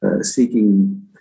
Seeking